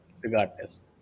regardless